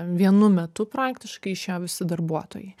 vienu metu praktiškai išėjo visi darbuotojai